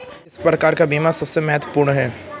किस प्रकार का बीमा सबसे महत्वपूर्ण है?